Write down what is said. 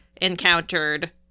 encountered